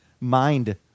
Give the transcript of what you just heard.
mind